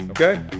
Okay